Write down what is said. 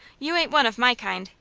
you ain't one of my kind,